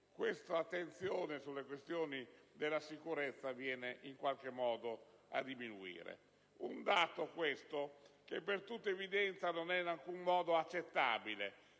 l'attenzione sulle questioni della sicurezza viene a diminuire. Un dato questo che con tutta evidenza non è in alcun modo accettabile